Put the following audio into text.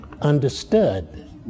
understood